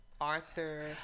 Arthur